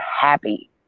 happy